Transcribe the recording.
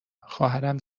خواهرم